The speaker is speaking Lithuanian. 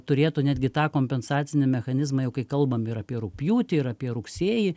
turėtų netgi tą kompensacinį mechanizmą jau kai kalbam apie rugpjūtį ir apie rugsėjį